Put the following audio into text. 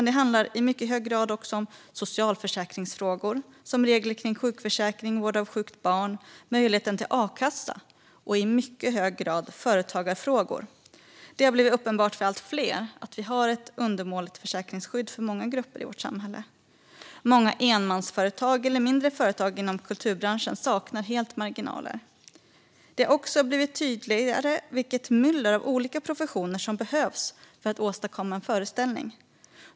Det handlar i mycket hög grad också om socialförsäkringsfrågor, som regler kring sjukförsäkring, vård av sjukt barn och möjligheten till a-kassa. Och det handlar i mycket hög grad om företagarfrågor. Det har blivit uppenbart för allt fler att vi har ett undermåligt försäkringsskydd för många grupper i vårt samhälle. Många enmansföretag eller mindre företag inom kulturbranschen saknar helt marginaler. Det har också blivit tydligare vilket myller av olika professioner som behövs för att åstadkomma en föreställning.